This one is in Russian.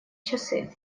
часы